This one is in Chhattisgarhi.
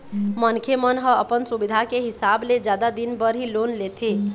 मनखे मन ह अपन सुबिधा के हिसाब ले जादा दिन बर ही लोन लेथे